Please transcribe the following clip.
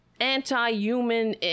Anti-human